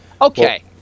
Okay